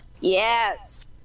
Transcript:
Yes